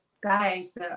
guys